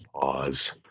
pause